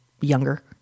younger